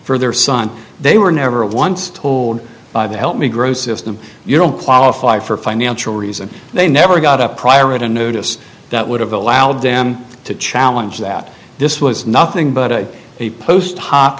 for their son they were never once told by the help me grow system you don't qualify for financial reasons they never got up prior to notice that would have allowed them to challenge that this was nothing but a post ho